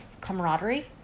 camaraderie